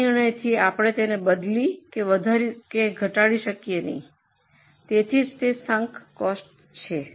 આ નિર્ણયથી આપણે તેને બદલી કે વધારી કે ઘટાડી શકીએ નહીં તેથી જ તે સંક કોસ્ટ છે